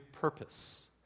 purpose